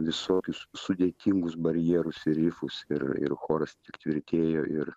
visokius sudėtingus barjerus ir rifus ir ir choras tik tvirtėjo ir